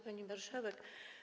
Pani Marszałek!